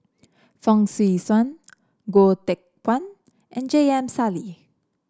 Fong Swee Suan Goh Teck Phuan and J M Sali